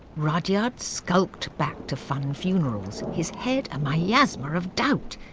rudyard skulked back to funn funerals, his head a miasma of doubt.